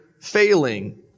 failing